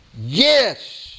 Yes